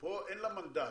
פה אין לה מנדט,